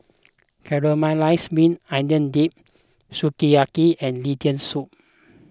Caramelized Maui Onion Dip Sukiyaki and Lentil Soup